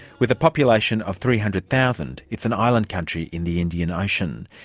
with a population of three hundred thousand, it's an island country in the indian ocean.